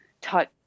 touch